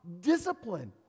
Discipline